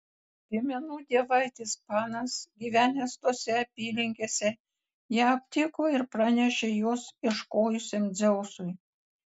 piemenų dievaitis panas gyvenęs tose apylinkėse ją aptiko ir pranešė jos ieškojusiam dzeusui